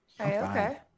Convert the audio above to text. Okay